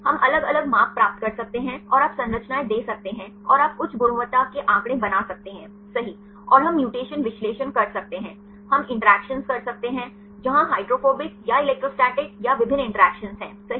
हम अलग अलग माप प्राप्त कर सकते हैं और आप संरचनाएं दे सकते हैं और आप उच्च गुणवत्ता के आंकड़े बना सकते हैं सही और हम म्यूटेशन विश्लेषण कर सकते हैं हम इंटरैक्शन कर सकते हैं जहां हाइड्रोफोबिक या इलेक्ट्रोस्टैटिक या विभिन्न इंटरैक्शन हैं सही